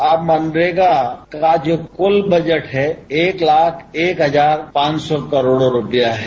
अब मनरेगा का जो कुल बजट है एक लाख एक हजार पांच सौ करोड़ रुपया है